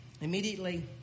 immediately